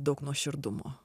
daug nuoširdumo